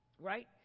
Right